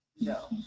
No